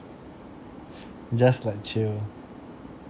just like chill